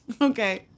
Okay